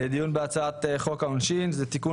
לדיון בהצעת חוק העונשין (תיקון,